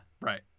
right